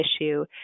issue